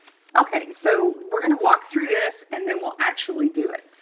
ok. so we're going to walk through this, and then we'll actually do it.